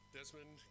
Desmond